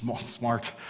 smart